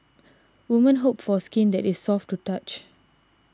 women hope for skin that is soft to touch